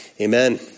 Amen